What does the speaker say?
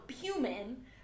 human